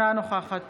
אינה נוכחת